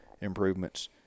improvements